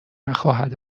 نخواهد